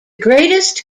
greatest